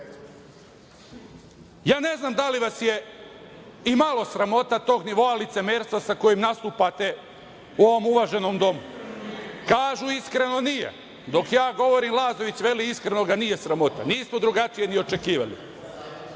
znam da li vas je i malo sramota tog nivoa licemerstva sa kojim nastupate u ovom uvaženom Domu. Kažu, iskreno nije. Dok ja govorim Lazović veli iskreno ga nije sramota. Nismo drugačije ni očekivali. Sa